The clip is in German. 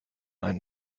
einem